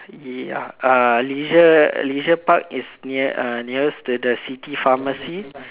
ya uh leisure leisure park is near uh nearest to the city pharmacy